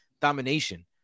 domination